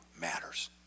matters